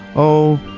oh,